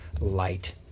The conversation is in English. light